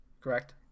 correct